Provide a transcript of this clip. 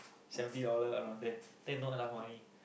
seventy dollar around there then not enough money